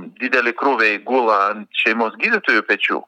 dideli krūviai gula ant šeimos gydytojų pečių